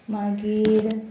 मागीर